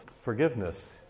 forgiveness